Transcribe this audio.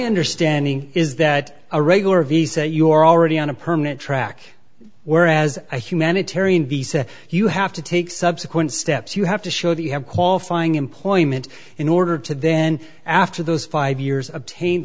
understanding is that a regular visa you are already on a permanent track whereas a humanitarian visa you have to take subsequent steps you have to show that you have qualifying employment in order to then after those five years obtain